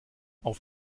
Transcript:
auf